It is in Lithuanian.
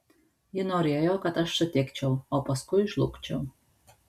ji norėjo kad aš sutikčiau o paskui žlugčiau